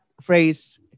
phrase